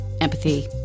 empathy